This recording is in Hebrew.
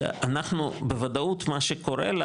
שאנחנו בוודאות מה שקורה לה,